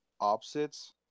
opposites